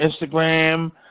Instagram